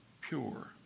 pure